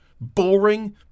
Boring